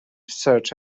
search